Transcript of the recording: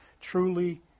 truly